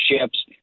ships